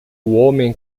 homem